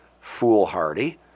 foolhardy